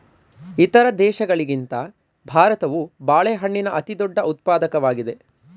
ಇತರ ದೇಶಗಳಿಗಿಂತ ಭಾರತವು ಬಾಳೆಹಣ್ಣಿನ ಅತಿದೊಡ್ಡ ಉತ್ಪಾದಕವಾಗಿದೆ